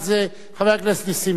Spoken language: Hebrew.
חבר הכנסת נסים זאב.